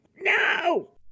no